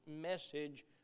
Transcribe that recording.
message